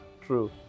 True